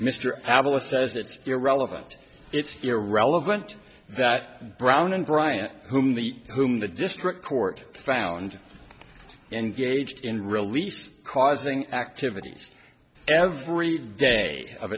abbott says it's irrelevant it's irrelevant that brown and brian whom the whom the district court found and gauged in release causing activities every day of